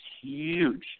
huge